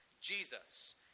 Jesus